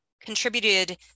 contributed